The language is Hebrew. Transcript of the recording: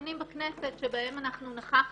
ובדיונים בכנסת שבהם אנחנו נכחנו,